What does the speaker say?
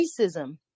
racism